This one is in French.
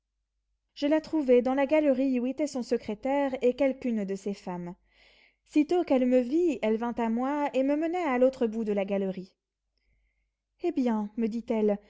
je la trouvai dans la galerie où était son secrétaire et quelqu'une de ses femmes sitôt qu'elle me vit elle vint à moi et me mena à l'autre bout de la galerie eh bien me dit-elle